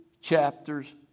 chapters